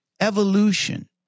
evolution